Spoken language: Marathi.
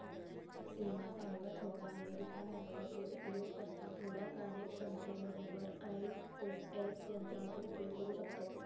सिमा सांगत होता, अमेरिका, भारताचे उपयोगकर्ता थोड्या कार्यक्षमते बरोबर आई.ओ.एस यंत्राचो उपयोग करू शकतत